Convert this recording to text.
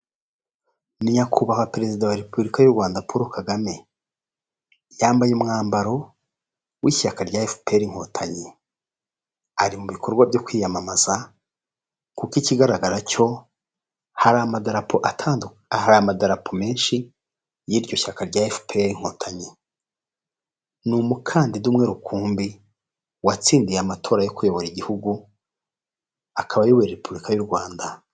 Ni Nyakubahwa perezida wa Repubulika y'u Rwanda Paul Kagame, yambaye umwambaro w'ishyaka rya FPR Inkotanyi, ari mu bikorwa byo kwiyamamaza, kuko ikigaragara cyo hari amarapo hari amadarapo menshi y'iryo shyaka rya FPR Inkotanyi. Ni umukandida umwe rukumbi watsindiye amatora yo kuyobora igihugu akaba ayoboye Repubulika y'u Rwanda.